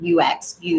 UX